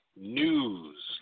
news